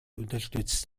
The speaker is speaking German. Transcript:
unterstützt